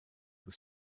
were